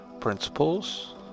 principles